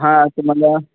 हां तुम्हाला